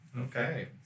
okay